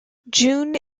june